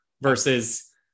versus